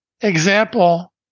example